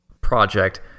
project